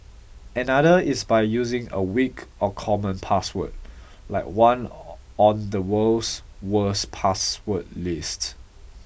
another is by using a weak or common password like one on the world's worst password list